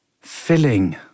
filling